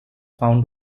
found